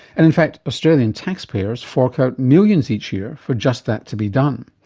and in fact australian taxpayers fork out millions each year for just that to be done.